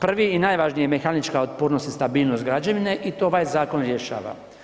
Prvi i najvažniji, mehanička otpornost i stabilnost građevine i to ovaj zakon rješava.